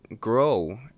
grow